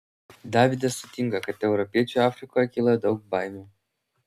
davidas sutinka kad europiečiui afrikoje kyla daug baimių